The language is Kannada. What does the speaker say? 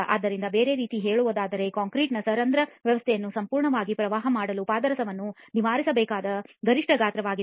ಆದ್ದರಿಂದ ಬೇರೆ ರೀತಿಯಲ್ಲಿ ಹೇಳುವುದಾದರೆ ಕಾಂಕ್ರೀಟ್ನಲ್ಲಿನ ಸರಂಧ್ರ ವ್ಯವಸ್ಥೆಯನ್ನು ಸಂಪೂರ್ಣವಾಗಿ ಪ್ರವಾಹ ಮಾಡಲು ಪಾದರಸವನ್ನು ನಿವಾರಿಸಬೇಕಾದ ಗರಿಷ್ಠ ಗಾತ್ರವಾಗಿದೆ